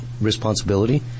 responsibility